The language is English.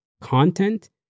content